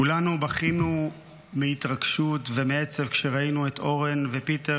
כולנו בכינו מהתרגשות ומעצב כשראינו את אורן ופיטר